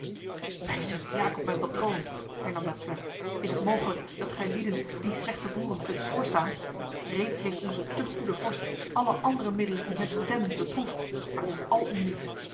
bij st jacob mijn patroon hernam d'artois is het mogelijk dat gijlieden die slechte boeren kunt voorstaan reeds heeft onze te goede vorst alle andere middelen om hen te temmen beproefd maar het is al om niet